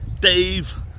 dave